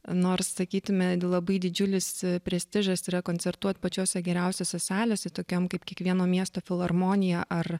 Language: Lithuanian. nors sakytume labai didžiulis prestižas yra koncertuot pačiose geriausiose salėse tokiam kaip kiekvieno miesto filharmonija ar